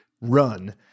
run